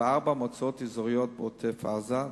ובארבע מועצות אזוריות בעוטף-עזה,